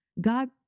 God